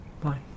Bye